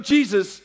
Jesus